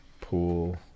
Pool